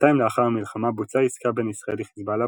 כשנתיים לאחר המלחמה בוצעה עסקה בין ישראל לחזבאללה